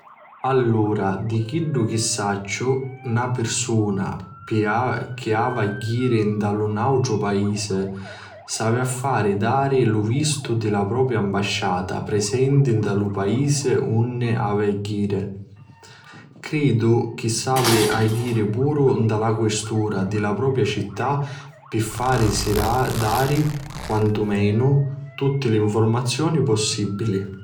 Allura, di chiddu chi sacciu, na pirsuna chi havi a jiri nta nautru paisi s'avi a fari dari lu vistu di la propria ambasciata prisenti nta lu paisi dunni avi a jiri. Cridu chi s'avi a jiri puru nta la questura di la propria città pi farisi dari, quantumenu, tutti li nfurmazioni possibili.